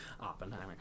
Oppenheimer